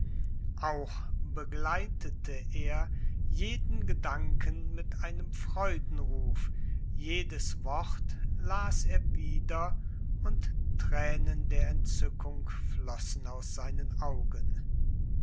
auch begleitete er jeden gedanken mit einem freudenruf jedes wort las er wieder und tränen der entzückung flossen aus seinen augen